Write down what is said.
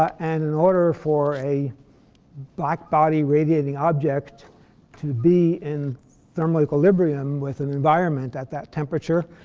and in order for a black-body radiating object to be in thermal equilibrium with an environment at that temperature,